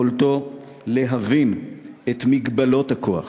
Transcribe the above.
יכולתו להבין את מגבלות הכוח,